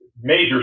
major